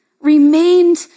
remained